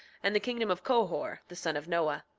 and the kingdom of cohor, the son of noah.